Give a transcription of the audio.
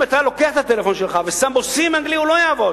אם אתה לוקח את הטלפון שלך ושם בו SIM אנגלי הוא לא יעבוד,